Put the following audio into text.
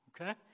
Okay